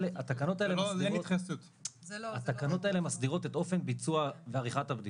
התקנות האלה מסדירות את אופן ביצוע ועריכת הבדיקות,